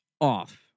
off